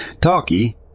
Talkie